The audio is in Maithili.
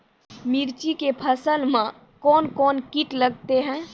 मिर्ची के फसल मे कौन कौन कीट लगते हैं?